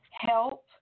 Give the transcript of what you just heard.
help